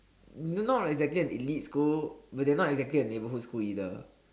not exactly an elite school but they're not exactly a neighbourhood school either